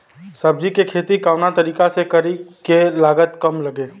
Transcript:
सब्जी के खेती कवना तरीका से करी की लागत काम लगे?